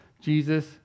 Jesus